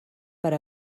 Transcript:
per